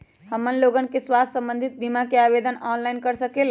हमन लोगन के स्वास्थ्य संबंधित बिमा का आवेदन ऑनलाइन कर सकेला?